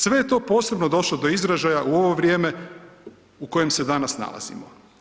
Sve je to posebno došlo do izražaja u ovo vrijeme u kojem se danas nalazimo.